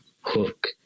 hook